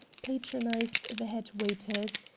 patronized the head waiters,